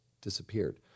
disappeared